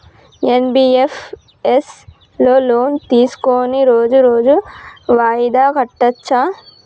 NBFS లో loan తీస్కొని రోజు రోజు వాయిదా కట్టచ్ఛా?